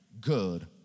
good